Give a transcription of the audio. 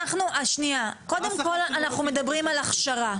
אז שנייה, קודם כל אנחנו מדברים על הכשרה.